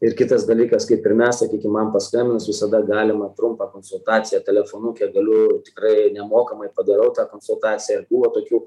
ir kitas dalykas kaip ir mes sakykim man paskambinus visada galima trumpą konsultaciją telefonu kiek galiu tikrai nemokamai padarau tą konsultaciją ir buvo tokių